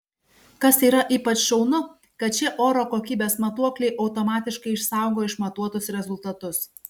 kas yra ypač šaunu kad šie oro kokybės matuokliai automatiškai išsaugo išmatuotus rezultatus